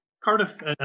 Cardiff